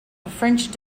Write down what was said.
french